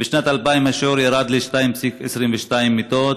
בשנת 2000 השיעור ירד ל-2.22 מיטות,